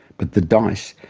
but the dice,